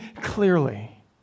clearly